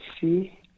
see